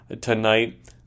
tonight